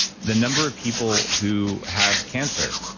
the number of people who have cancer,